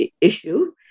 issue